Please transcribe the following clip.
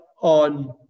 on